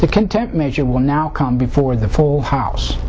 the content measure will now come before the fall house